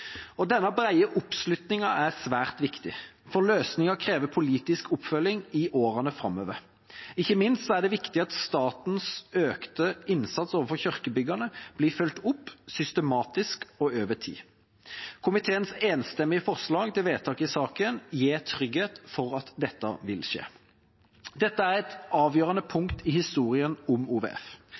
Denne brede oppslutningen er svært viktig, for løsningen krever politisk oppfølging i årene framover. Ikke minst er det viktig at statens økte innsats overfor kirkebyggene blir fulgt opp systematisk og over tid. Komiteens enstemmige forslag til vedtak i saken gir trygghet for at dette vil skje. Dette er et avgjørende punkt i historien om OVF.